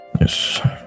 Yes